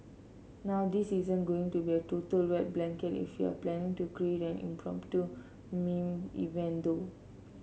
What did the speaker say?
now this isn't going to be a total wet blanket if you're planning to create an impromptu meme event though